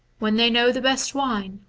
when they know the best wine,